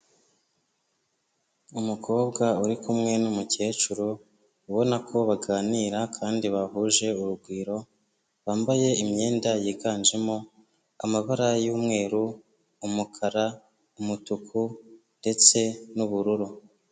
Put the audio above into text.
Umukobwa uri kumwe n'umukecuru ubona ko baganira kandi bahuje urugwiro, bambaye imyenda yiganjemo amabara y'umweru, umukara, umutuku ndetse n'ubururu.